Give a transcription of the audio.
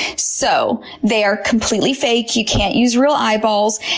so they are completely fake. you can't use real eyeballs.